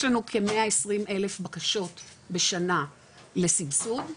יש לנו כ- 120,000 בקשות בשנה לסבסוד,